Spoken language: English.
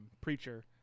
preacher